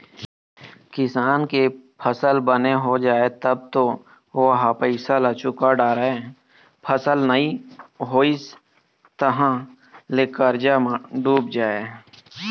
किसान के फसल बने हो जाए तब तो ओ ह पइसा ल चूका डारय, फसल नइ होइस तहाँ ले करजा म डूब जाए